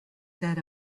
that